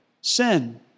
sin